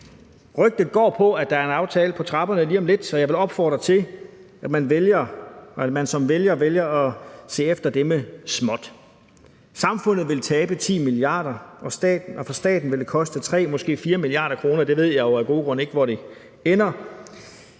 Rygtet går på, at der er en aftale på trapperne lige om lidt, så jeg vil opfordre til, at man som vælger ser efter det med småt. Samfundet vil tabe 10 mia. kr., og for staten vil det koste 3 måske 4 mia. kr. – jeg ved jo af gode grunde ikke, hvor det ender.